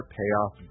payoff